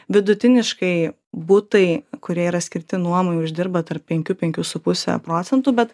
vidutiniškai butai kurie yra skirti nuomai uždirba tarp penkių penkių su puse procentų bet